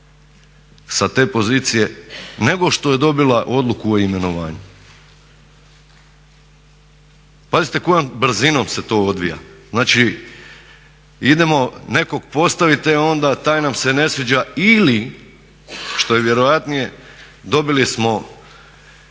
sa te pozicije nego što je dobila odluku o imenovanju. Pazite kojom brzinom se to odvija. Znači idemo nekog postaviti, e onda taj nam se ne sviđa ili što je vjerojatnije dobili smo